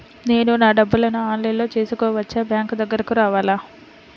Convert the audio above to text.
నేను నా డబ్బులను ఆన్లైన్లో చేసుకోవచ్చా? బ్యాంక్ దగ్గరకు రావాలా?